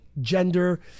gender